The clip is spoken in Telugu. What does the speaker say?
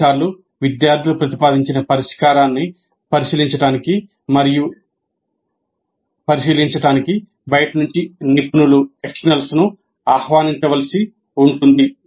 కొన్నిసార్లు విద్యార్థులు ప్రతిపాదించిన పరిష్కారాన్ని పరిశీలించడానికి బయటనుంచి నిపుణులను ఆహ్వానించవలసి ఉంటుంది